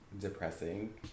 depressing